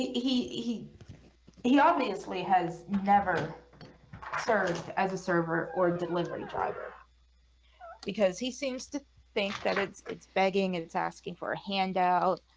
he he he obviously has never served as a server or delivery driver because he seems to think that it's it's begging it's asking for a handout,